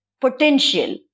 potential